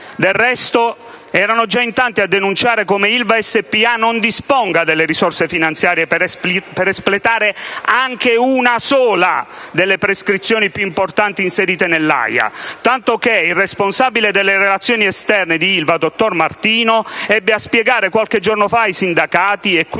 Del resto, erano già in tanti a denunciare come Ilva SpA non disponga delle risorse finanziarie per espletare anche una sola delle prescrizioni più importanti inserite nell'AIA, tanto che il responsabile delle relazioni esterne di Ilva, dottor Martino, ebbe a spiegare qualche giorno fa ai sindacati - e qui